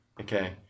Okay